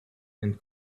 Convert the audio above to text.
and